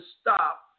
stop